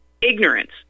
ignorance